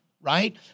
right